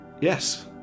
Yes